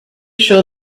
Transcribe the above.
show